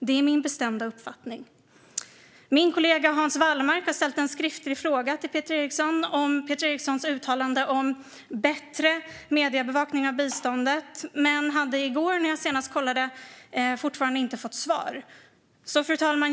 Det är min bestämda uppfattning." Min kollega Hans Wallmark har ställt en skriftlig fråga till Peter Eriksson om hans uttalande om "bättre" mediebevakning av biståndet men hade i går när jag senast kollade fortfarande inte fått svar. Fru talman!